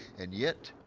and yet,